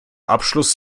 abschluss